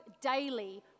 daily